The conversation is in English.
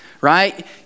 right